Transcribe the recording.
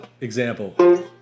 example